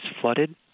flooded